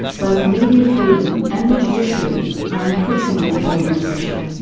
both media freedom and the judiciary are increasingly coming under pressure.